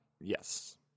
Yes